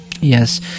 Yes